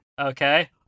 Okay